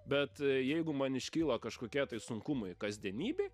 bet jeigu man iškyla kažkokie tai sunkumai kasdienybėj